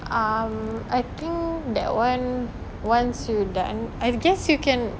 um I think that [one] once you done I guess you can